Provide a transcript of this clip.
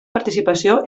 participació